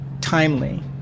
timely